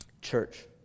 Church